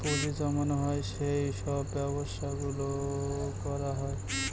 পুঁজি জমানো হয় সেই সব ব্যবসা গুলো করা হয়